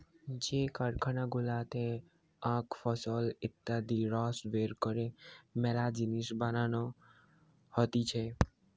যে কারখানা গুলাতে আখ ফসল হইতে রস বের কইরে মেলা জিনিস বানানো হতিছে